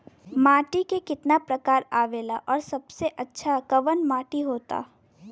माटी के कितना प्रकार आवेला और सबसे अच्छा कवन माटी होता?